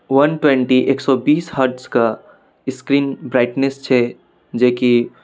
वन twenty एक सओ बीस हर्ट्जके स्क्रीन ब्राइटनेस छै जेकि